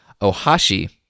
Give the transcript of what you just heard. Ohashi